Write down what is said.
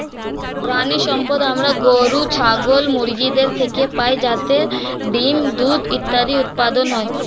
প্রাণিসম্পদ আমরা গরু, ছাগল, মুরগিদের থেকে পাই যাতে ডিম্, দুধ ইত্যাদি উৎপাদন হয়